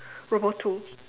robot two